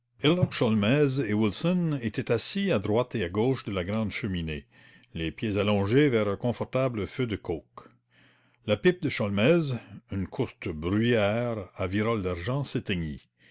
étaient assis à droite et à gauche de la grande cheminée les pieds allongés vers un confortable feu de coke la pipe de sholmès une courte bruyère à virole d'argent